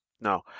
No